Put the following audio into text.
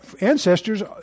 ancestors